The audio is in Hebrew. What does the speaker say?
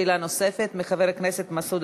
שאלה נוספת של חבר הכנסת מסעוד